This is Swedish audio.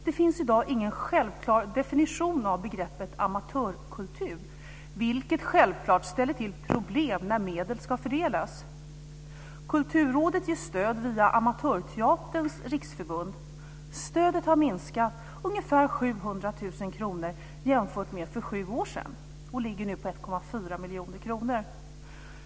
Det finns i dag ingen självklar definition av begreppet amatörkultur, vilket självfallet ställer till problem när medel ska fördelas. Kulturrådet ger stöd via Amatörteaterns Riksförbund. Stödet har minskat med ungefär 700 000 kr jämfört med för sju år sedan. Det ligger nu på 1,4 miljoner kronor.